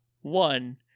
One